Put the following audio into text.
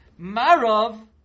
Marav